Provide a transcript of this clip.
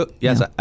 Yes